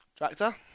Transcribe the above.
Tractor